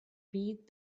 read